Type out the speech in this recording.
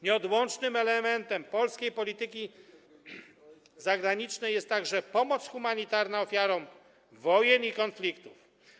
Nieodłącznym elementem polskiej polityki zagranicznej jest także pomoc humanitarna ofiarom wojen i konfliktów.